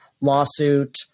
lawsuit